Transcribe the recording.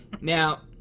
Now